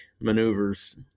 maneuvers